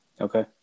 Okay